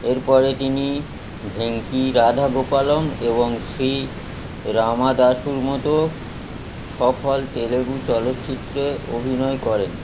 এরপরে তিনি ভেঙ্কি রাধা গোপালম এবং শ্রী রামাদাসুর মতো সফল তেলুগু চলচ্চিত্রে অভিনয় করেন